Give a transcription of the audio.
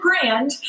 grand